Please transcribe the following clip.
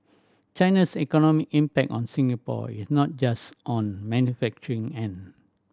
China's economic impact on Singapore is not just on manufacturing end